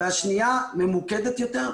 והשנייה ממוקדת יותר,